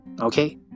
Okay